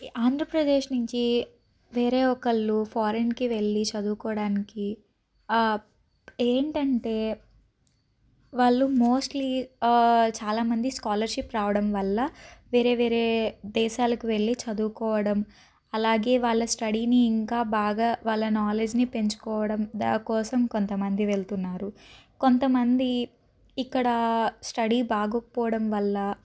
ఆంధ్రప్రదేశ్ నుంచి వేరే ఒకళ్ళు ఫారిన్కి వెళ్ళి చదువుకోవడానికి ఏంటంటే వాళ్ళు మోస్ట్లీ చాలామంది స్కాలర్షిప్ రావడం వల్ల వేరే వేరే దేశాలకు వెళ్ళి చదువుకోవడం అలాగే వాళ్ళ స్టడీని ఇంకా బాగా వాళ్ళ నాలెడ్జిని పెంచుకోవడం దానికోసం కొంతమంది వెళ్తున్నారు కొంతమంది ఇక్కడ స్టడీ బాగోకపోవడం వల్ల